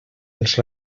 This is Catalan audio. els